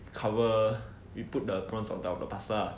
cover we put the prawns on top of the pasta lah